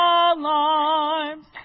alarms